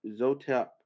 Zotep